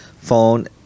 phone